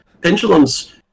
pendulums